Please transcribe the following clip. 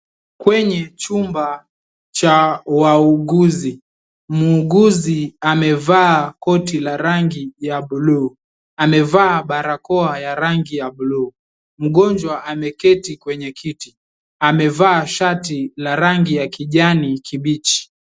Kwenye chumba cha wauguzi, muuguzi amevaa koti la rangi ya buluu, amevaa barakoa ya rangi ya buluu. Mgonjwa ameketi mwenye kiti, amevaa shati ya rangi ya kijani kibichi.